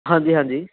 ਹਾਂਜੀ ਹਾਂਜੀ